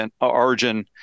origin